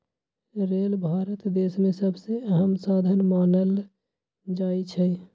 rail Bharat देश में सबसे अहम साधन मानल जाई छई